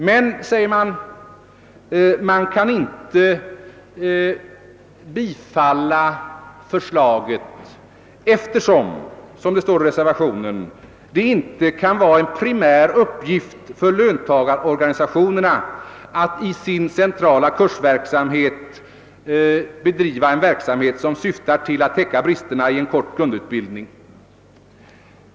Men, säger man, man kan inte bifalla förslaget eftersom, som det står i reservationen, det inte kan vara en primär uppgift för löntagarorganisationerna att i sin centrala kursverksamhet bedriva en verksamhet som syftar till att täcka bristerna i en kort grundutbildning.